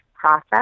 process